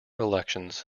elections